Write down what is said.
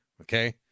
Okay